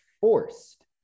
forced